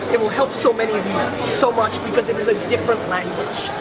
it will help so many of you so much because it is a different language.